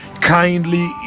kindly